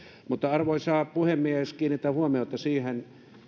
mutta arvoisa puhemies eilisestä keskustelusta kiinnitän huomiota siihen